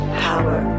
power